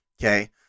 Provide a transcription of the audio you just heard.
okay